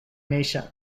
nation